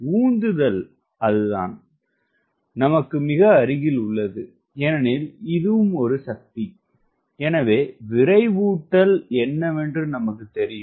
உந்துதல் நமக்கு மிக அருகில் உள்ளது ஏனெனில் இது ஒரு சக்தி எனவே விரைவூட்டல் என்னவென்று நமக்கு தெரியும்